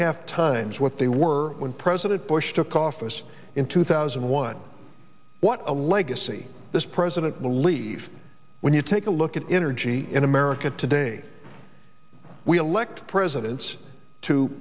half times what they were when president bush took office in two thousand and one what a legacy this president will leave when you take a look at energy in america today we elect presidents to